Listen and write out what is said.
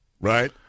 right